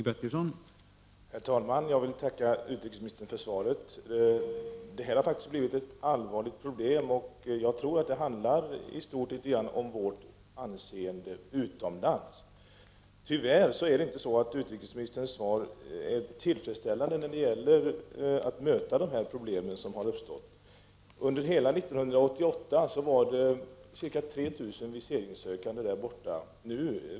Herr talman! Jag vill tacka utrikesministern för svaret. Det här har faktiskt blivit ett allvarligt problem, och jag tror att det litet grand handlar om vårt anseende utomlands. Tyvärr är utrikesministerns svar inte tillfredsställande när det gäller att lösa de problem som har uppstått. Under hela 1988 var antalet viseringssökande ca 3000.